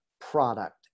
product